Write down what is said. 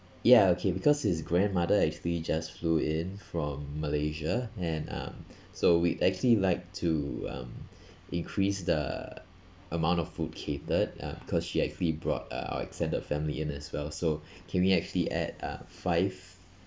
ya okay because his grandmother actually just flew in from malaysia and um so we actually like to um increase the amount of food catered uh because she actually brought uh our extended family in as well so can we actually add uh five